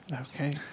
Okay